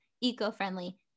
eco-friendly